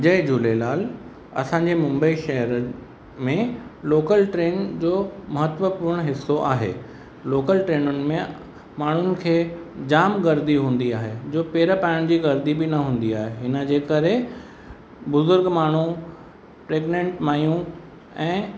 जय झूलेलाल असांजे मुंबई शहर में लोकल ट्रेन जो महत्वपूर्ण हिसो आहे लोकल ट्रेनुनि में माण्हुनि खे जामु गर्दी हूंदी आहे जो पेर पाइण जी गर्दी बि न हूंदी आहे हिन जे करे बुज़ुर्ग माण्हू प्रेगनैंट माइयूं ऐं